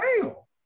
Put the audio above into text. Fail